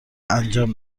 انجام